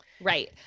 Right